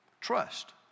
Trust